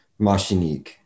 machinic